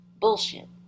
Bullshit